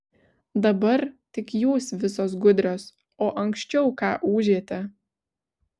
dabar tik jūs visos gudrios o anksčiau ką ūžėte